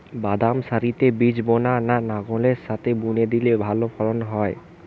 বাদাম সারিতে বীজ বোনা না লাঙ্গলের সাথে বুনে দিলে ভালো ফলন হয়?